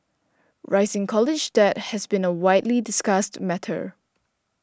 rising college debt has been a widely discussed matter